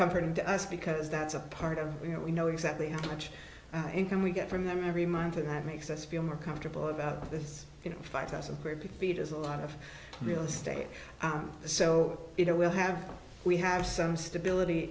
comforting to us because that's a part of you know we know exactly how much income we get from them every month and that makes us feel more comfortable about this you know five thousand feet is a lot of real estate so you know we'll have we have some stability